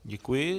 Děkuji.